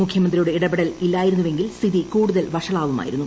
മുഖ്യമന്ത്രിയുടെ ഇടപെടൽ ഇല്ലായിരുന്നുവെങ്കിൽ സ്ഥിതി കൂടുതൽ വഷളാവുമായിരുന്നു